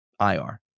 IR